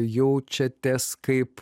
jaučiatės kaip